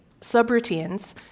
subroutines